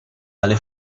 dalle